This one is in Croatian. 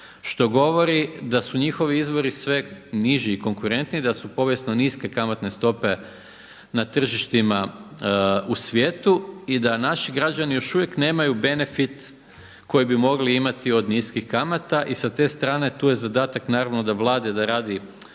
što govori da su njihovi izvori sve niži i konkurentniji, da su povijesno niske kamatne stope na tržištima u svijetu i da naši građani još uvijek nemaju benefit koji bi mogli imati od niskih kamata. I sa te strane tu je zadatak naravno od Vlade da radi